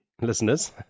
listeners